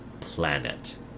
planet